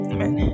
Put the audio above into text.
Amen